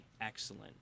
excellent